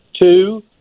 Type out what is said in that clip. Two